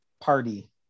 party